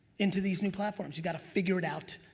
into these new platforms. you gotta figure it out.